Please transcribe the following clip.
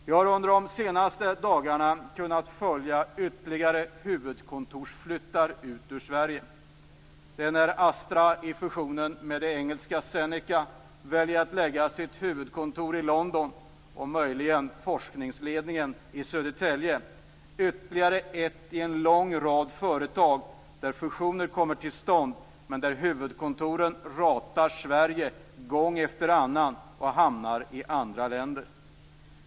Vi har under de senaste dagarna kunnat följa hur ytterligare huvudkontor flyttar ut ur Sverige. Astra i fusionen med det engelska Zeneca väljer att lägga sitt huvudkontor i London och möjligen forskningsledningen i Södertälje. Det är ytterligare ett i en lång rad företag där fusioner kommer till stånd men där huvudkontoren ratar Sverige gång efter annan och hamnar i andra länder.